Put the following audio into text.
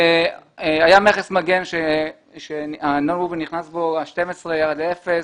היה מכס מגן שהנון גובן נכנס בו, ה-12 ירד לאפס.